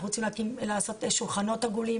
אנחנו רוצים לעשות שולחנות עגולים.